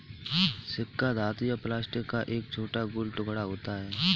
सिक्का धातु या प्लास्टिक का एक छोटा गोल टुकड़ा होता है